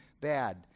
bad